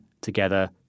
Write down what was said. together